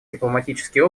дипломатический